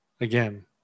again